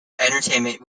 entertainment